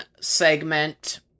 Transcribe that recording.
segment